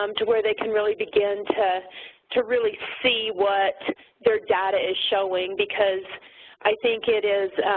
um to where they can really begin to to really see what their data is showing because i think it is,